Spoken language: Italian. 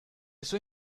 sue